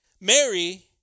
Mary